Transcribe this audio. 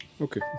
Okay